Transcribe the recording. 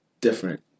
different